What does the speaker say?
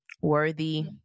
worthy